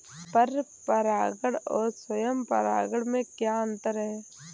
पर परागण और स्वयं परागण में क्या अंतर है?